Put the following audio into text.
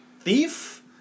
thief